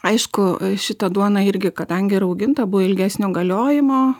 aišku šita duona irgi kadangi rauginta buvo ilgesnio galiojimo